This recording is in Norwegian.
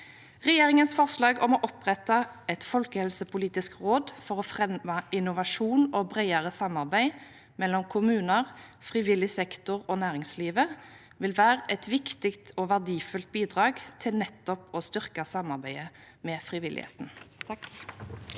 Regjeringens forslag om å opprette et folkehelsepolitisk råd for å fremme innovasjon og bredere samarbeid mellom kommuner, frivillig sektor og næringslivet vil være et viktig og verdifullt bidrag til nettopp å styrke samarbeidet med frivilligheten.